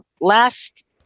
last